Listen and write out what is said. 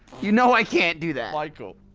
you know i can't do that michael